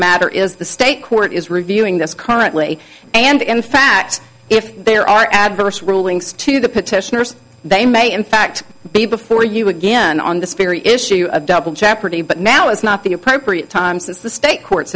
matter is the state court is reviewing this currently and in fact if there are adverse ruling stew the petitioners they may in fact be before you again on this theory issue of double jeopardy but now is not the appropriate time since the state courts